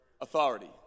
authority